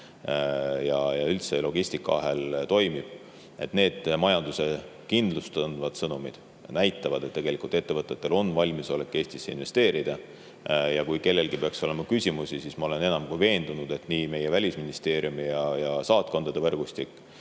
ja logistikaahel toimib – need on majandusele kindlust andvad sõnumid ja tegelikult ettevõtetel on valmisolek Eestisse investeerida. Kui kellelgi peaks olema küsimusi, siis ma olen enam kui veendunud, et nii meie Välisministeerium ja saatkondade võrgustik